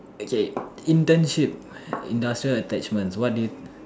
okay internship industrial attachments what do you